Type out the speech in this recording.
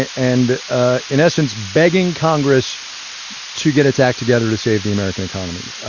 ah and ah in essence, begging congress to get its act together to save the american economy.